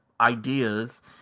ideas